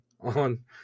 on